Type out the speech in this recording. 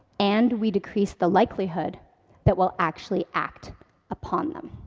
and we decrease the likelihood that we'll actually act upon them.